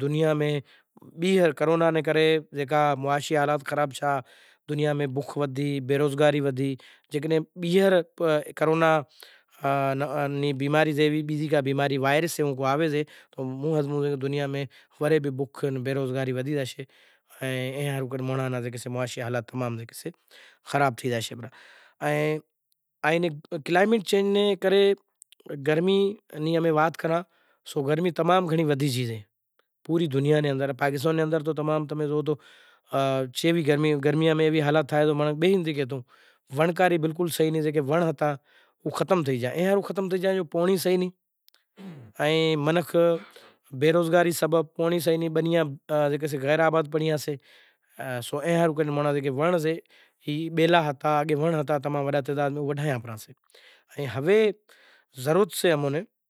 دنیا میں کرونا رے کرے معاشئ حالات خراب تھیا دنیا میں بوکھ ودھی بیروزگاری ودھی تو بیہر کرونا نی بیماری جیوی بیزی کو بیماری وائرس کو آوے توموں ہمزوں کہ دنیا میں بوکھ بیماری ودھی زاشے دنا ناں حالات خراب تھے زاشیں، کلائیمونٹ چینج نے کرے امیں گرمی نی وات کراں تو گرمی زام ودھی زاشے۔ تمیں زو ونڑ زکو ہتا او ختم تھئی گیا پانڑی سے نئیں، ائیں منکھ بیروزگاری سبب پانڑی سے نہیں بنیاں جیکا غیرآباد پڑیاں، سو اے ہاروں کرے ونڑ سے جکو بیلا ہتا ونڑ ہتااو وڈھایا پرہا۔